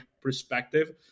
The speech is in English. perspective